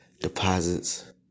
Deposits